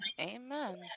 Amen